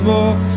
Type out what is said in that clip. More